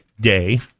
day